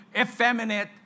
effeminate